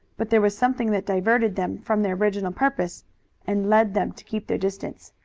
but there was something that diverted them from their original purpose and led them to keep their distance.